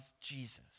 Jesus